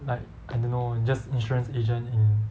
like I don't know just insurance agent in